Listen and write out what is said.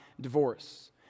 divorce